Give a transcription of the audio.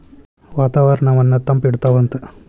ವಾತಾವರಣನ್ನ ತಂಪ ಇಡತಾವಂತ